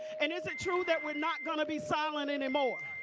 and is it true that we're not going to be silent anymore?